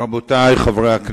אדוני היושב-ראש,